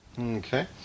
Okay